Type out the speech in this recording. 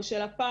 או של הפארק,